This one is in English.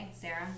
Sarah